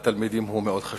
לתלמידים הוא חשוב מאוד.